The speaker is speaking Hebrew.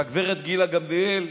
כשהגב' גילה גמליאל,